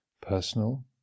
personal